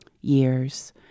years